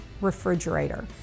refrigerator